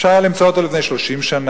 אפשר היה למצוא אותו לפני 30 שנה,